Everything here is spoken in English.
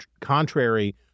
contrary